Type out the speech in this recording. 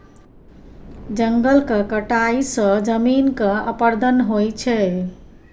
जंगलक कटाई सँ जमीनक अपरदन होइ छै